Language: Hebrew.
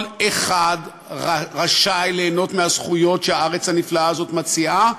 כל אחד רשאי ליהנות מהזכויות שהארץ הנפלאה הזאת מציעה,